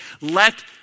Let